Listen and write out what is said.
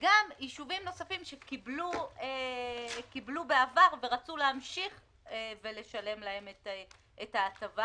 גם יישובים נוספים שקיבלו בעבר ורצו להמשיך ולשלם להם את ההטבה,